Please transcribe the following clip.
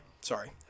sorry